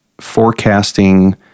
forecasting